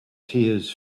tears